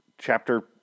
Chapter